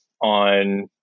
on